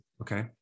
okay